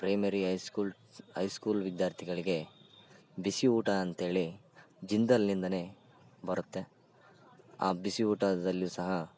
primary uh schools uh school ವಿದ್ಯಾರ್ಥಿಗಳಿಗೆ ಬಿಸಿ ಊಟ ಅಂತೇಳಿ ಜಿಂದಾಲ್ನಿಂದ ಬರುತ್ತೆ ಆ ಬಿಸಿ ಊಟದಲ್ಲಿ ಸಹ